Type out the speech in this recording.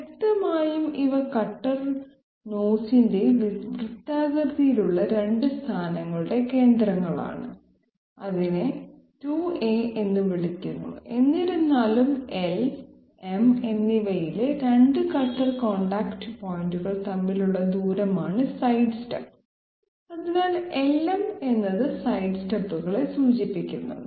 വ്യക്തമായും ഇവ കട്ടർ നോസിന്റെ വൃത്താകൃതിയിലുള്ള രണ്ട് സ്ഥാനങ്ങളുടെ കേന്ദ്രങ്ങളാണ് ഇതിനെ 2a എന്ന് വിളിക്കുന്നു എന്നിരുന്നാലും L M എന്നിവയിലെ 2 കട്ടർ കോൺടാക്റ്റ് പോയിന്റുകൾ തമ്മിലുള്ള ദൂരമാണ് സൈഡ്സ്റ്റെപ്പ് അതിനാൽ LM എന്നത് സൈഡ് സ്റ്റെപ്പുകളെ സൂചിപ്പിക്കുന്നു